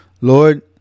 Lord